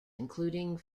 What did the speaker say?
including